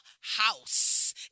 house